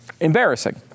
embarrassing